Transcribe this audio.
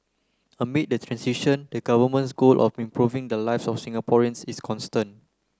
amid the transition the Government's goal of improving the lives of Singaporeans is constant